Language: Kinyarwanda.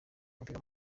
umupira